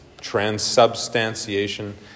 transubstantiation